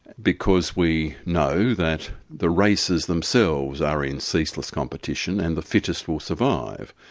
because we know that the races themselves are in ceaseless competition and the fittest will survive.